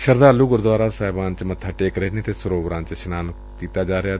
ਸ਼ਰਧਾਲੁ ਗੁਰਦੁਆਰਾ ਸਾਹਿਬਾਨ ਚ ਮੱਬਾ ਟੇਕ ਰਹੇ ਨੇ ਅਤੇ ਸਰੋਵਰਾਂ ਚ ਇਸ਼ਨਾਨ ਕਰ ਰਹੇ ਨੇ